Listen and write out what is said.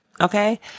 Okay